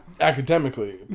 academically